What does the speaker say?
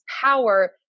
power